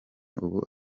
ubu